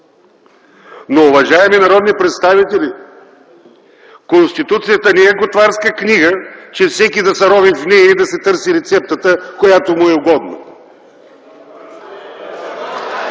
Но, уважаеми народни представители, Конституцията не е готварска книга, че всеки да се рови в нея и да си търси рецептата, която му е угодна.